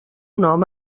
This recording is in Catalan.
nom